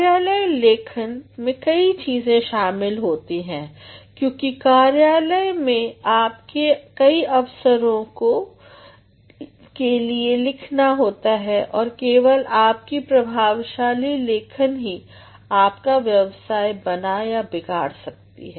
कार्यालय लेखन में कई चीज़ें शामिल होती हैं क्योंकि कार्यलय में आपको कई अवसरों के लिए लिखना होता है और केवल आपकी प्रभावशाली लेखन ही आपका व्यवसाय बना या बिगाड़ सकती है